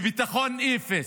וביטחון אפס,